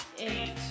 Eight